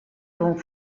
rûn